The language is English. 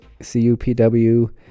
cupw